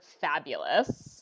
fabulous